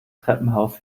treppenhaus